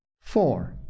four